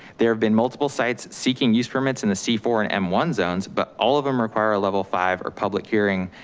there have been multiple sites seeking use permits in the c four and m one zones but all of them require a level five or public hearing,